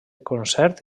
concert